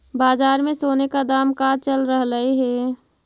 बाजार में सोने का दाम का चल रहलइ हे